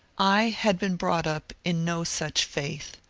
i had been brought up in no such faith,